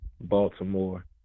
Baltimore